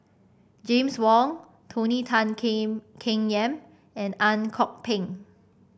James Wong Tony Tan Keng Keng Yam and Ang Kok Peng